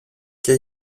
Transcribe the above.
και